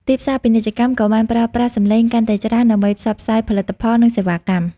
ទីផ្សារពាណិជ្ជកម្ម ក៏បានប្រើប្រាស់សំឡេងកាន់តែច្រើនដើម្បីផ្សព្វផ្សាយផលិតផល និងសេវាកម្ម។